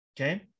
Okay